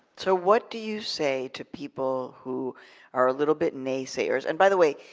so what do you say to people who are a little bit naysayers? and by the way,